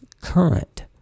Current